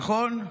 נכון?